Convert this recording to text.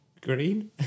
green